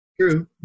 true